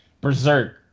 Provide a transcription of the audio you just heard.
berserk